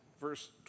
verse